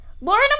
Lauren